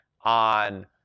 on